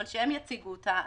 אבל שהם יציגו אותה.